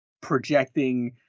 projecting